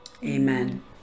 Amen